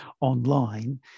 online